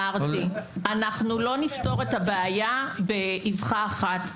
אנחנו לא נפתור את הבעיה באבחה אחת.